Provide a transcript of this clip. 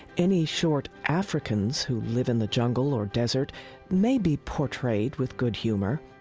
any short africans who live in the jungle or desert may be portrayed with good humor.